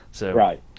Right